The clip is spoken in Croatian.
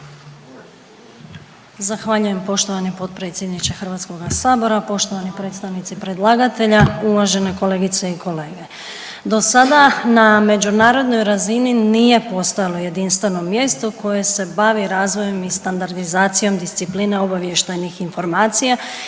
Zahvaljujem poštovani potpredsjedniče HS-a, poštovani predstavnici predlagatelja, uvaženi kolegice i kolege. Do sada na međunarodnoj razini nije postojalo jedinstveno mjesto koje se bavi razvojem i standardizacijom discipline obavještajnih informacija